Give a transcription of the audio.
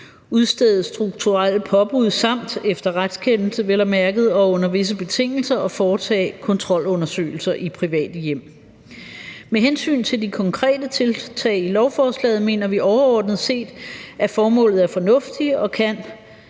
udstede strukturelle påbud samt, efter retskendelse vel at mærke og under visse betingelser, at foretage kontrolundersøgelser i private hjem. Med hensyn til de konkrete tiltag i lovforslaget mener vi overordnet set, at formålet er fornuftigt, og kan